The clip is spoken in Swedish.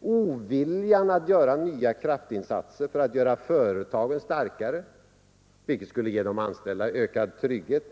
Oviljan att göra nya kraftinsatser för att göra företagen starkare, vilket skulle ge de anställda ökad trygghet,